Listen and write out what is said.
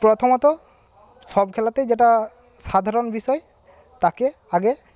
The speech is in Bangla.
প্রথমত সব খেলাতেই যেটা সাধারণ বিষয় তাকে আগে